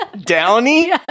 Downy